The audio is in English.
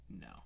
No